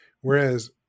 Whereas